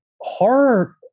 horror